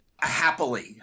Happily